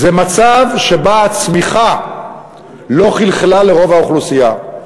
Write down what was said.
זה מצב שבו הצמיחה לא חלחלה לרוב האוכלוסייה.